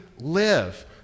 live